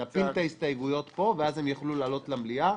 כמובן שנפיל את ההסתייגויות פה ואז הם יוכלו לעלות למליאה,